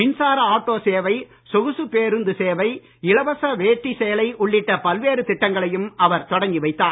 மின்சார ஆட்டோ சேவை சொகுசு பேருந்து சேவை இலவச வேட்டி சேலை உள்ளிட்ட பல்வேறு திட்டங்களையும் அவர் தொடங்கி வைத்தார்